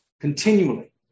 continually